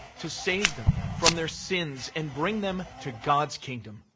to save them from their sins and bring them to god's kingdom,